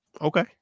Okay